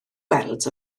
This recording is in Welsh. weld